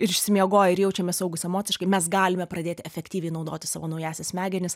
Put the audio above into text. ir išsimiegoję ir jaučiamės saugūs emociškai mes galime pradėti efektyviai naudoti savo naująsias smegenis